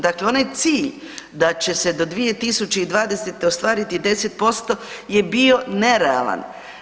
Dakle, onaj cilj da će se do 2020. ostvariti 10% je bio nerealan.